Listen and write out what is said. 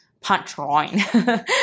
punchline